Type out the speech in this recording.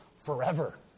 forever